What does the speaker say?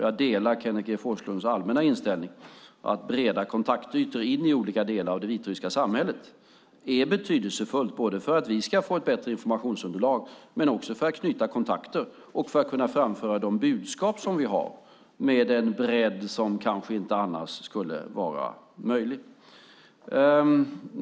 Jag delar Kenneth G Forslunds allmänna inställning, att breda kontaktytor in i olika delar av det vitryska samhället är betydelsefulla för att vi ska få ett bättre informationsunderlag men också för att vi ska kunna knyta kontakter och framföra de budskap som vi har med den bredd som kanske inte annars skulle vara möjlig.